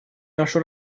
нашу